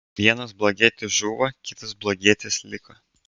vienas blogietis žuvo kitas blogietis liko